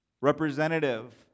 representative